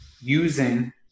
using